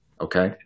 Okay